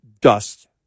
dust